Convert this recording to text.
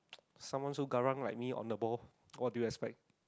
someone so garang like me on the ball what do you expect